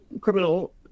criminal